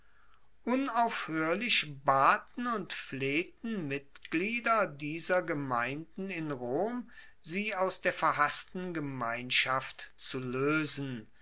unaufhoerlich baten und flehten mitglieder dieser gemeinden in rom sie aus der verhassten gemeinschaft zu loesen